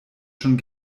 schon